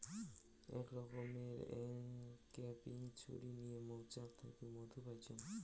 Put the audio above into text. আক রকমের অংক্যাপিং ছুরি নিয়ে মৌচাক থাকি মধু পাইচুঙ